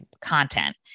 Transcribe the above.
content